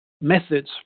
methods